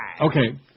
okay